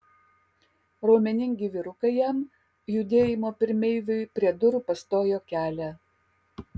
raumeningi vyrukai jam judėjimo pirmeiviui prie durų pastojo kelią